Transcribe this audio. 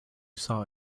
saw